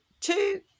two